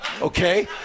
okay